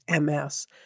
MS